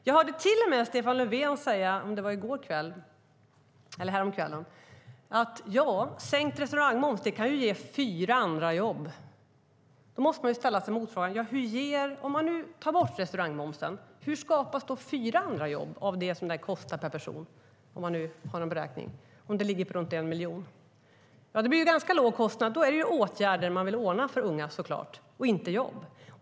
Jag hörde Stefan Löfven säga häromkvällen att sänkt restaurangmoms kan ge fyra andra jobb. Om ni tar bort restaurangmomsen, hur skapas då fyra andra jobb av den miljon som den kostar per person? Det blir en ganska låg kostnad, så då är det såklart åtgärder för unga ni vill ordna, inte jobb.